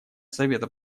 совета